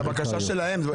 זו בקשה שלהם.